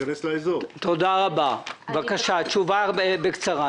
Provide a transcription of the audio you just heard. תשובה בבקשה.